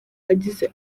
agize